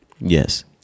Yes